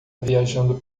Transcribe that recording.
viajando